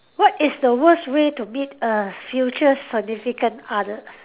what is the worst way to meet a future significant other